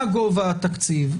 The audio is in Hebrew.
מה גובה התקציב?